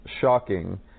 shocking